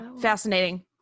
fascinating